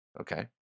okay